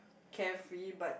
carefree but